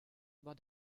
war